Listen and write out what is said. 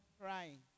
crying